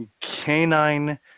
canine